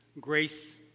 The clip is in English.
Grace